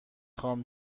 خوام